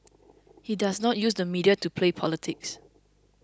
he does not use the media to play politics